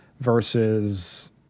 versus